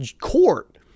court